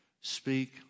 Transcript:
speak